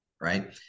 right